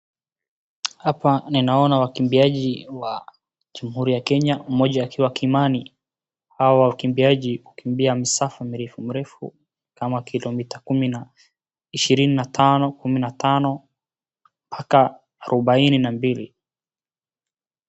Hapa ninaona wakimbiaji wa timu ya Kenya, mmoja akiwa Kimani. Hawa wakimbiaji hukimbia msafa mirefu mirefu kama kilomita kumi na ishirini na tano, kumi na tano mpaka arubaini na mbili.